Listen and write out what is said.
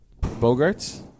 Bogarts